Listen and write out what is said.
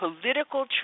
political